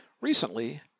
Recently